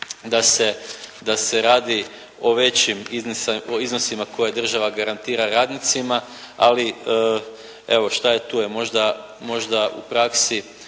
da se radi o većim iznosima koje država garantira radnicima ali evo šta je tu je možda, možda u praksi